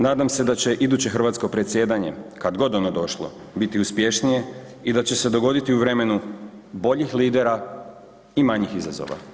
Nadam se da će iduće hrvatsko predsjedanje kada god ono došlo biti uspješnije i da će se dogoditi u vremenu boljih lidera i manjih izazova.